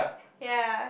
ya